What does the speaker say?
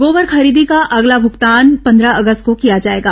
गोबर खरीदी का अगला भूगतान पंद्रह अगस्त को किया जाएगा